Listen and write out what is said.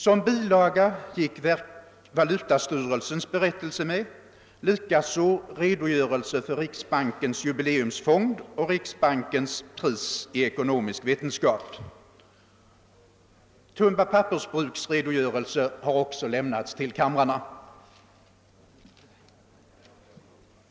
Som bilaga gick valutastyrelsens berättelse med, liksom redogörelser för riksbankens jubileumsfond och riksbankens pris i ekonomisk vetenskap. Tumba pappersbruks redogörelse har också lämnats till kamrarna.